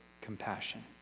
compassion